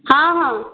ହଁ ହଁ